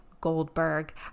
goldberg